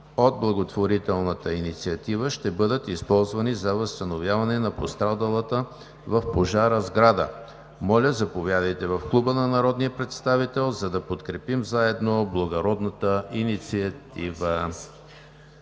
от благотворителната инициатива, ще бъдат използвани за възстановяване на пострадалата в пожара сграда. Моля, заповядайте в Клуба на народния представител, за да подкрепим заедно благородната инициатива.